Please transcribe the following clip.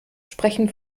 sprechen